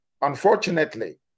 Unfortunately